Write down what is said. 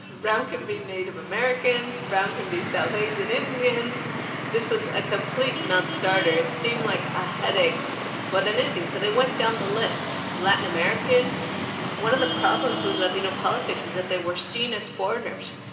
brown can be native americans. brown can be south asian indians this was a complete non-starter. it seemed like a headache more than so they went down the list. latin american one of the problems with latino politics is that they were seen as foreigners,